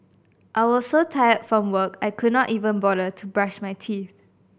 I was so tired from work I could not even bother to brush my teeth